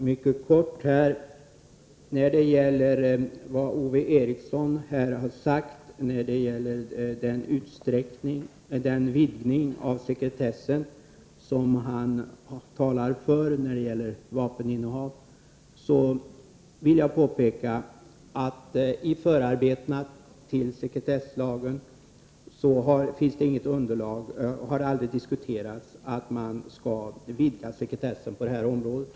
Herr talman! Jag skall fatta mig mycket kort. Ove Eriksson talade här för en vidgning av sekretessen när det gäller vapeninnehav. Jag vill då påpeka att det i förarbetena till sekretesslagen inte finns något underlag och aldrig har diskuterats att man skall vidga sekretessen på detta område.